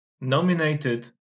nominated